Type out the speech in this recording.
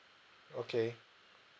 okay